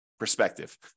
Perspective